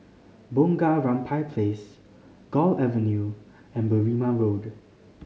Bunga Rampai Place Gul Avenue and Berrima Road